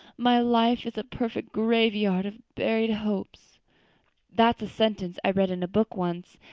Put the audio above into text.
my life is a perfect graveyard of buried hopes that's a sentence i read in a book once,